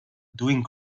doing